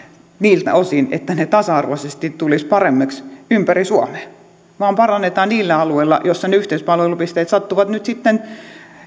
siltä osin että ne tasa arvoisesti tulisivat paremmiksi ympäri suomea vaan parannetaan niillä alueilla joilla ne yhteispalvelupisteet sattuvat nyt sitten